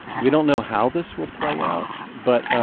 we don't know how this will play out. but, ah